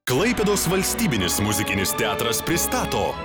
klaipėdos valstybinis muzikinis teatras pristato